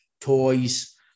toys